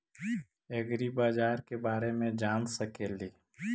ऐग्रिबाजार के बारे मे जान सकेली?